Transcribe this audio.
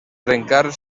trencar